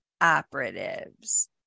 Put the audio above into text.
operatives